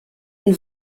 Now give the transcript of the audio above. une